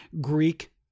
Greek